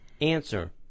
answer